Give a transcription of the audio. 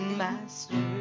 master